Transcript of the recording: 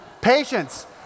patience